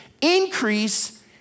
Increase